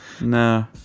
No